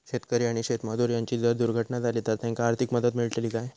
शेतकरी आणि शेतमजूर यांची जर दुर्घटना झाली तर त्यांका आर्थिक मदत मिळतली काय?